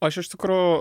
aš iš tikro